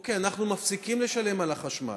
אוקיי, אנחנו מפסיקים לשלם על החשמל.